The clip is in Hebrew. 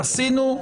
עשינו,